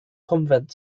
konvent